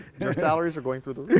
your salaries are going through the yeah